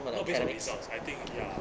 not based on results ya